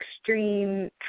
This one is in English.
extreme